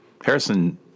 Harrison